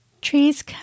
Trees